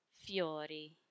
fiori